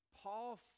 Paul